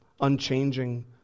unchanging